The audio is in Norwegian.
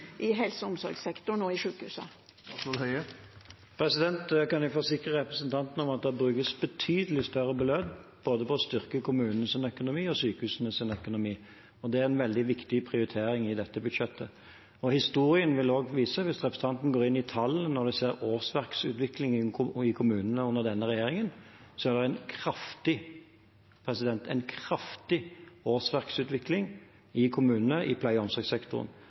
i helse- og omsorgssektoren og i sjukehusene? Jeg kan forsikre representanten Andersen om at det brukes betydelig større beløp på å styrke både kommunenes økonomi og sykehusenes økonomi. Det er en veldig viktig prioritering i dette budsjettet. Historien vil vise – hvis representanten går inn i tallene og ser på årsverksutviklingen i kommunene under denne regjeringen – at det er en kraftig årsverksutvikling i kommunene i pleie- og omsorgssektoren.